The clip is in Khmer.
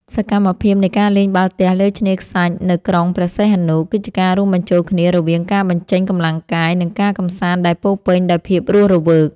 សកម្មភាពនៃការលេងបាល់ទះលើឆ្នេរខ្សាច់នៅក្រុងព្រះសីហនុ គឺជាការរួមបញ្ចូលគ្នារវាងការបញ្ចេញកម្លាំងកាយ និងការកម្សាន្តដែលពោរពេញដោយភាពរស់រវើក។